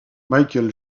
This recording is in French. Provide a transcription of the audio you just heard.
michael